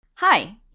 Hi